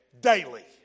daily